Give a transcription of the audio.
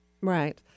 Right